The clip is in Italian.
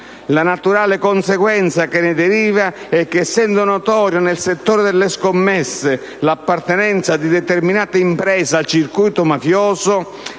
La naturale conseguenza che ne deriva è che essendo notorio nel settore delle scommesse l'appartenenza di determinate imprese al circuito mafioso,